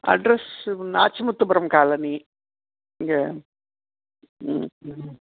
address Nachi Muthupuram colony இங்கே ம் ம்